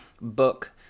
book